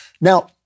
Now